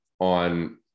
on